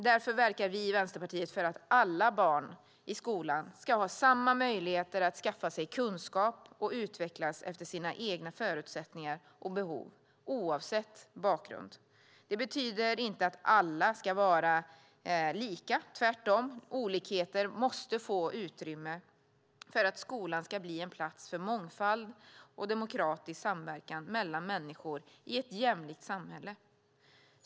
Därför verkar vi i Vänsterpartiet för att alla barn i skolan ska ha samma möjligheter att skaffa sig kunskap och utvecklas efter sina egna förutsättningar och behov oavsett bakgrund. Det betyder inte att alla ska vara lika. Tvärtom! Olikheter måste få utrymme för att skolan ska bli en plats för mångfald och demokratisk samverkan mellan människor i ett jämlikt samhälle.